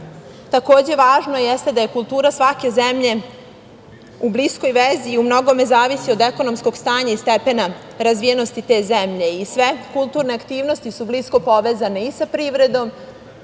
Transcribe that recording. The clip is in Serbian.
takođe, važno jeste da je kultura svake zemlje u bliskoj vezi i u mnogome zavisi od ekonomskog stanja i stepena razvijenosti te zemlji i sve kulturne aktivnosti su blisko povezane i sa privredom